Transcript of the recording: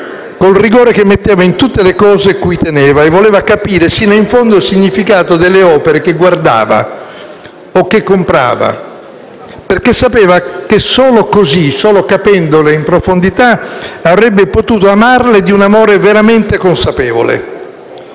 col rigore che metteva in tutte le cose cui teneva. Voleva capire fino in fondo il significato delle opere che guardava o che comprava, perché sapeva che solo così, solo capendole in profondità, avrebbe potuto amarle di un amore veramente consapevole.